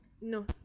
no